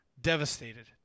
devastated